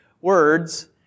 words